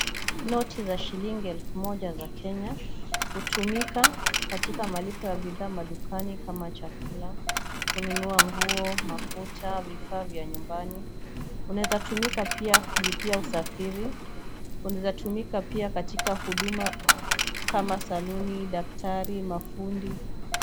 Noti za shilingi elfu moja za Kenya hutumika katika malipo ya bidhaa madukani ,kama chakula , kununua nguo ,mafuta ,vifaa vya nyumbani, unaweza tumika pia kulipia usafiri ,unaweza tumika pia katika huduma kama saluni , daktari, mafundi.